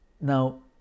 Now